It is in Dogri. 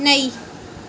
नेईं